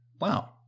Wow